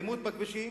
באלימות בכבישים,